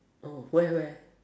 oh where where